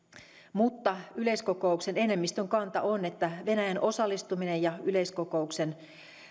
mutta yleiskokouksen enemmistön kanta on että venäjän osallistuminen ja yleiskokouksen